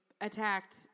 attacked